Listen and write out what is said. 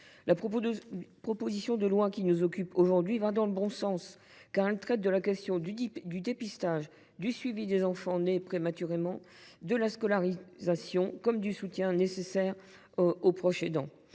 proposition de loi va dans le bon sens, car elle traite de la question du dépistage, du suivi des enfants nés prématurément, de la scolarisation, comme du soutien nécessaire aux proches aidants.